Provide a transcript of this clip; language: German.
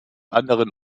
anderen